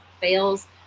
fails